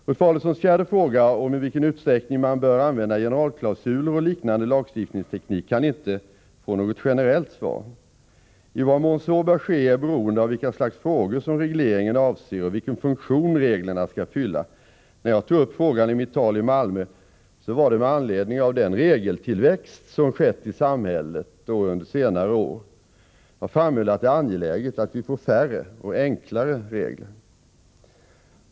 Ulf Adelsohns fjärde fråga om i vilken utsträckning man bör använda generalklausuler och liknande lagstiftningsteknik kan inte få något generellt svar. I vad mån så bör ske är beroende av vilka slags frågor som regleringen avser och vilken funktion reglerna skall fylla. När jag tog upp frågan i mitt tal i Malmö var det med anledning av den regeltillväxt som skett i samhället under senare år. Jag framhöll att det är angeläget att vi får färre och enklare regler.